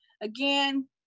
Again